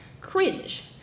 cringe